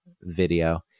video